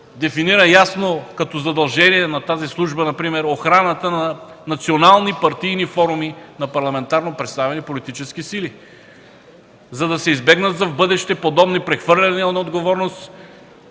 дефинира ясно като задължение на тази служба например охраната на национални и партийни форуми на парламентарно представени политически сили, за да се избегнат в бъдеще подобни прехвърляния на отговорност,